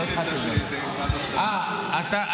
--- אה, אתה.